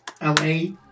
L-A